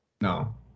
No